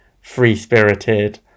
free-spirited